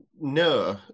No